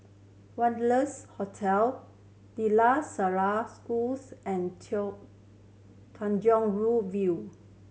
Wanderlust Hotel De La Salle Schools and Tanjong Rhu View